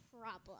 problem